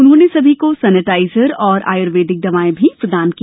उन्होंने सभी को सेनेटाइजर व आय्र्वेदिक दवायें भी प्रदान की